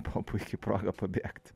buvo puiki proga pabėgt